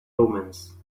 omens